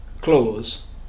Clause